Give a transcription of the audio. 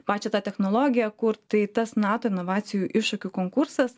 pačią tą technologiją kur tai tas nato inovacijų iššūkių konkursas